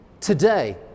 today